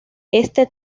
este